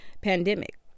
pandemic